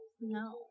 No